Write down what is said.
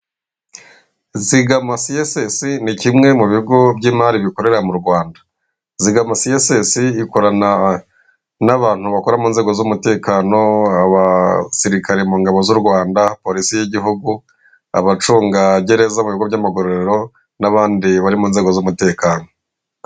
Zigamacie siyesesi ni kimwe mu bigo by'imari bikorera mu Rwanda. Zigamaciye siyesesi ikorana n'abantu bakora mu nzego z'umutekano, abasirikare mu ngabo z'u Rwanda, porisi y'igihugu, abacungagereza mu bikorwa by'amagororero, n'abandeba bari mu nzego z'umutekano.